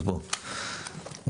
אז בוא,